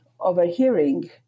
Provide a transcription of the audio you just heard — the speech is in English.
overhearing